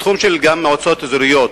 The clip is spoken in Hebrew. בתחום של מועצות אזוריות,